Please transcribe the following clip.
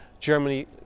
Germany